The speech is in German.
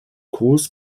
gruß